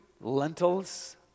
lentils